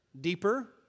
deeper